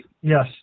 Yes